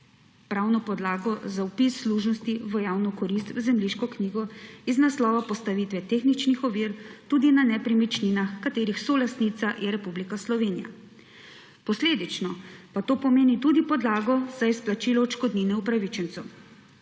pravno podlago za vpis služnosti v javno korist v zemljiško knjigo z naslova postavitve tehničnih ovir tudi na nepremičninah, katerih solastnica je Republika Slovenija. Posledično pa to pomeni tudi podlago za izplačilo odškodnine upravičencu.